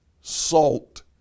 Salt